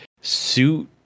suit